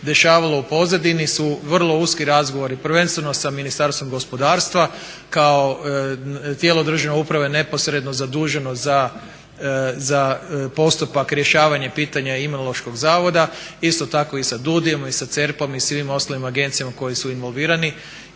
u pozadini su vrlo uski razgovori prvenstveno sa Ministarstvom gospodarstva kao tijelo državne uprave neposredno zaduženo za postupak rješavanja pitanja imunološkog zavoda, isto tako i da DUDI-jem i sa CERP-om i svim ostalim agencijama koji su involvirani.